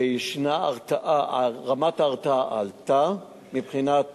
שיש הרתעה, רמת ההרתעה עלתה, מבחינת